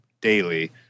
daily